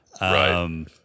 Right